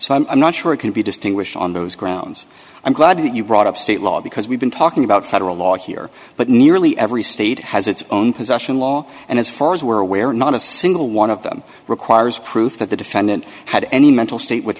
so i'm not sure it can be distinguished on those grounds i'm glad that you brought up state law because we've been talking about federal law here but nearly every state has its own possession law and as far as we're aware not a single one of them requires proof that the defendant had any mental state with